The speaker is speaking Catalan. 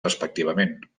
respectivament